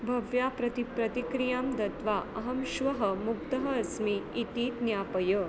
भव्या प्रति प्रतिक्रियां दत्त्वा अहं श्वः मुक्तः अस्मि इति ज्ञापय